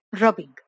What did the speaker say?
rubbing